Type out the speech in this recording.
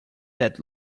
that